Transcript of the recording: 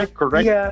correct